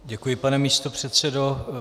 Děkuji, pane místopředsedo.